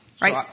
Right